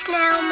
now